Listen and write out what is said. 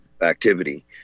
activity